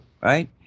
right